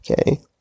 okay